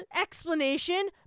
explanation